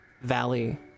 valley